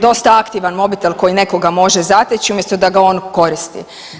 Dosta aktivan mobitel koji nekoga može zateći umjesto da ga on koristi.